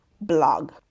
blog